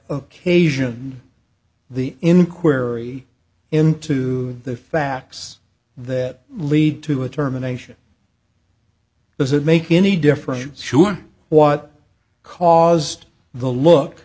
kasia the inquiry into the facts that lead to a terminations doesn't make any difference sure what caused the look